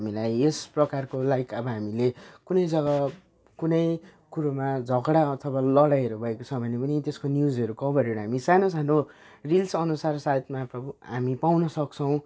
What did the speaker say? हामीलाई यस प्रकारको लाइक अब हामीले कुनै जग्गा कुनै कुरोमा झगडा अथवा लडाइँहरू भएको छ भने पनि त्यसको न्युजहरू कभरहरू हामी सानो सानो रिल्स अनुसार साथमा प्र हामी पाउनसक्छौँ